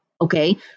Okay